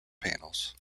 panels